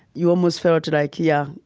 you almost felt like, yeah,